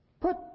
put